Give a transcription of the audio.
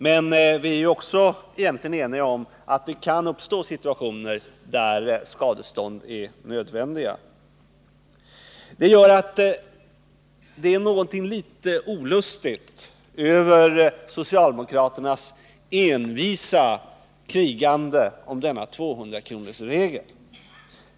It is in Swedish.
Men vi är också egentligen eniga om att det kan uppstå situationer där skadestånd är nödvändiga. Därför är det något litet olustigt över socialdemokraternas envisa krigande om denna 200-kronorsregel.